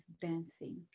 dancing